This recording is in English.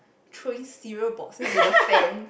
trace zero boxes at the fan